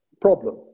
problem